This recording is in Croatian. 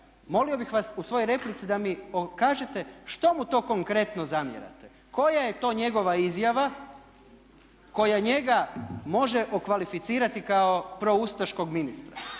molio bih vas u svojoj replici da mi kažete što mu to konkretno zamjerate. Koja je to njegova izjava koja njega može okvalificirati kao proustaškog ministra.